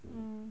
oh